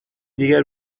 دیگر